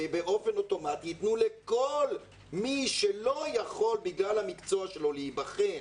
ובאופן אוטומטי ייתנו לכל מי שלא יכול בגלל המקצוע שלו להיבחן